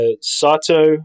Sato